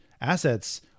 assets